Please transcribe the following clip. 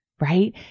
right